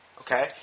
okay